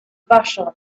vashon